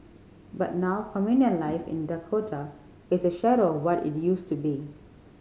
but now communal life in Dakota is a shadow what it used to be